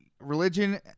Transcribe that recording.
religion